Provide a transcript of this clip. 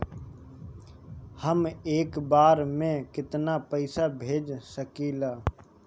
हम एक बार में केतना पैसा भेज सकिला?